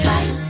Fight